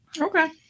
Okay